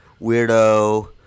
Weirdo